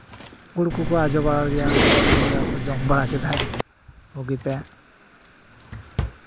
ᱜᱩᱲ ᱠᱚᱠᱚ ᱟᱡᱚ ᱵᱟᱲᱟ ᱟᱫᱮᱭᱟ ᱜᱩᱲ ᱠᱚ ᱡᱚᱢ ᱵᱟᱲᱟ ᱠᱮᱫᱟᱭ ᱵᱩᱜᱤᱛᱮ